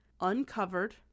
uncovered